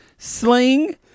Sling